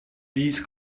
these